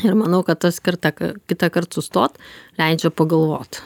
ir manau kad tas kartą k kitąkart sustot leidžia pagalvot